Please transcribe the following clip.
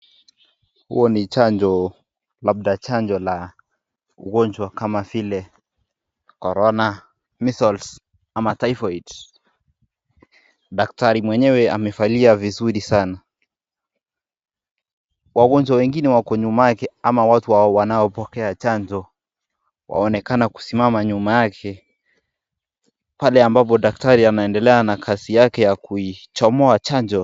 Huu ni chanjo .Chanjo labda ya ugonjwa kama vile korona, ama typhoid .Daktari mwenyeewe amevalia vizuri sana. Wgonjwa wengine wako nyuma yake au watu wanaopokea chanjo wanaonekana kusimama nyuma yake pale ambapo daktari anaendelea na kazi yake ya kuichomoa chanjo.